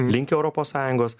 link europos sąjungos